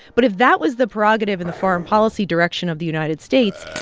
but if that was the prerogative in the foreign policy direction of the united states,